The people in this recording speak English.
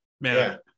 Man